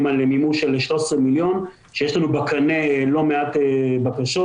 על מימוש של 13 מיליון כשיש לנו בקנה לא מעט בקשות.